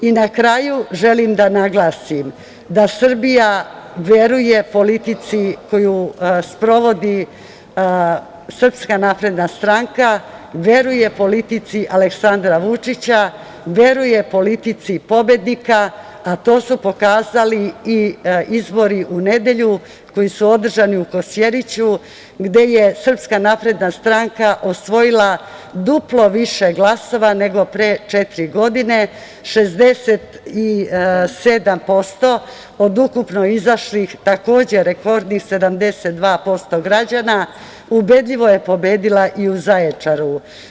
Na kraju, želim da naglasim, da Srbija veruje politici koju sprovodi SNS, veruje politici Aleksandra Vučića, veruje politici pobednika, a to su pokazali i izbori u nedelju koji su održani u Kosjeriću gde je SNS osvojila duplo više glasova nego pre četiri godine, 67% od ukupno izašlih takođe rekordnih 72% građana, ubedljivo je pobedila i u Zaječaru.